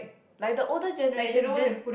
like the older generation they